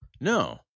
No